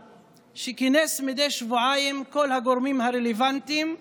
שכינס מדי שבועיים את כל הגורמים הרלוונטיים,